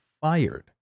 fired